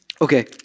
Okay